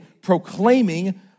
proclaiming